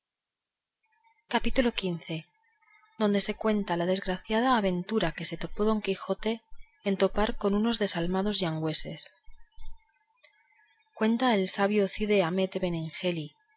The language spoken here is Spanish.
capítulo xv donde se cuenta la desgraciada aventura que se topó don quijote en topar con unos desalmados yangüeses cuenta el sabio cide hamete